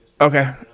Okay